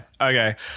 okay